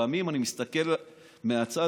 לפעמים אני מסתכל מהצד,